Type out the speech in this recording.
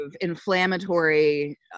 inflammatory